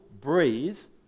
breeze